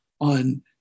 on